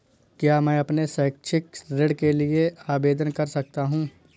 क्या मैं अपने शैक्षिक ऋण के लिए आवेदन कर सकता हूँ?